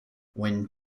when